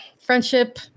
friendship